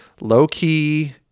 low-key